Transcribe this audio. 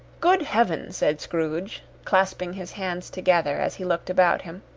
good heaven! said scrooge, clasping his hands together, as he looked about him.